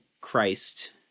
christ